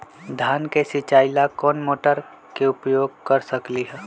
धान के सिचाई ला कोंन मोटर के उपयोग कर सकली ह?